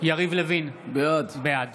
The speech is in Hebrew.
יריב לוין, בעד